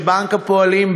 שבנק הפועלים,